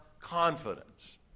confidence